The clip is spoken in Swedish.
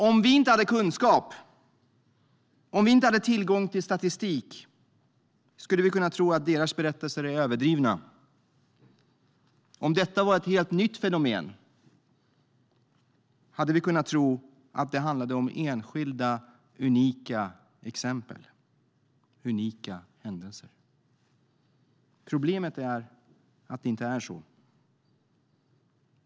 Om vi inte hade kunskap, om vi inte hade tillgång till statistik skulle vi kunna tro att deras berättelser är överdrivna. Om detta var ett helt nytt fenomen hade vi kunnat tro att det handlade om enskilda, unika exempel, unika händelser. Problemet är att det inte är så.